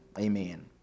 amen